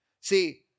See